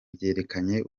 byerekanye